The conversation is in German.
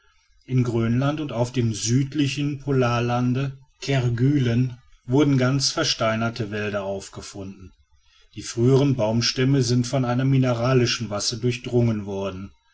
in grönland und auf dem südlichen polarlande kerguelen wurden ganze versteinerte wälder aufgefunden die früheren baumstämme sind von einer mineralischen masse durchdrungen worden